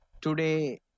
today